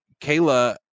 kayla